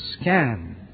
scan